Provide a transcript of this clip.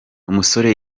umusore